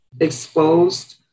exposed